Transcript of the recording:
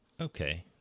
Okay